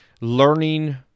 learning